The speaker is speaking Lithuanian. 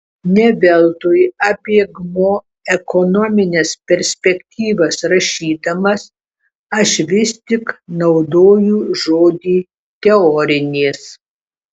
ne veltui apie gmo ekonomines perspektyvas rašydamas aš vis tik naudoju žodį teorinės